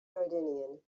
jordanian